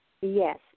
Yes